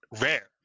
rare